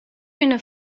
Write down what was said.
üna